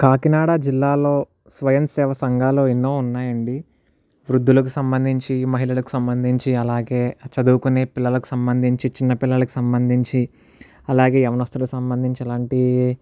కాకినాడ జిల్లాలో స్వయంసేవ సంఘాలు ఎన్నో ఉన్నాయండి వృద్ధులకు సంబంధించి మహిళలకు సంబంధించి అలాగే చదువుకునే పిల్లలకు సంబంధించి చిన్న పిల్లలకి సంబంధించి అలాగే యవ్వన్నస్థులకు సంబంధించి ఇలాంటి